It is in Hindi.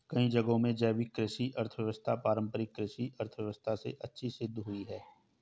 कई जगहों में जैविक कृषि अर्थव्यवस्था पारम्परिक कृषि अर्थव्यवस्था से अच्छी सिद्ध हुई है